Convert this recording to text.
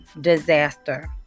disaster